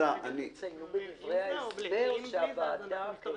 תציינו בדברי ההסבר שהוועדה- -- נכתוב